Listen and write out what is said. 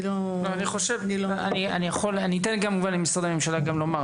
אני לא --- אני אתן למשרדי הממשלה גם לומר,